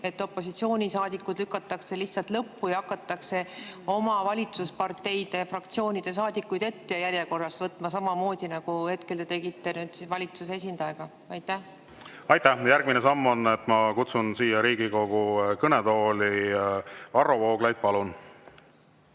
et opositsioonisaadikud lükatakse lihtsalt lõppu ja hakatakse valitsusparteide fraktsioonide saadikuid järjekorras ette võtma, samamoodi nagu hetkel te tegite valitsuse esindajaga? Järgmine samm on, et ma kutsun siia Riigikogu kõnetooli Varro Vooglaiu. Palun!